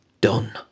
done